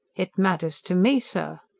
it matters to me, sir!